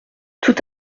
tout